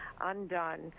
undone